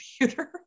computer